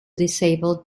disabled